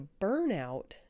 burnout